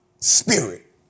Spirit